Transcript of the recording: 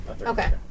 Okay